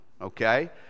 okay